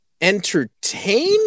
Entertain